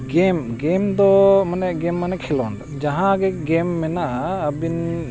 ᱜᱮᱢ ᱜᱮᱢ ᱫᱚ ᱢᱟᱱᱮ ᱜᱮᱢ ᱢᱟᱱᱮ ᱠᱷᱮᱞᱳᱸᱰ ᱡᱟᱦᱟᱸ ᱜᱮ ᱜᱮᱢ ᱢᱮᱱᱟᱜᱼᱟ ᱟᱹᱵᱤᱱ